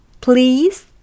Please